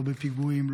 לא בפיגועים,